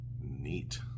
Neat